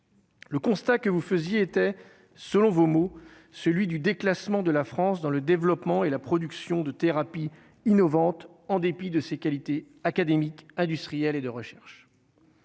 Le constat que vous faisiez était selon vos mots, celui du déclassement de la France dans le développement et la production de thérapies innovantes en dépit de ses qualités académiques industriels et de recherche,